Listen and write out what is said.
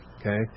Okay